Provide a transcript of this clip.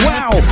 Wow